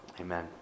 Amen